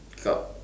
cup